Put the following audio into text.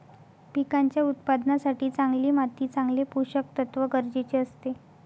पिकांच्या उत्पादनासाठी चांगली माती चांगले पोषकतत्व गरजेचे असते